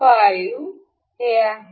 5 आहे